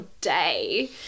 day